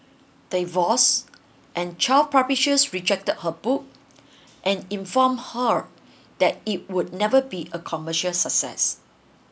divorce and twelve publisher rejected her book and informed her that it would never be a commercial success